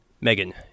Megan